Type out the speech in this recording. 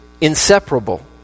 inseparable